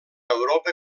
europa